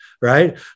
Right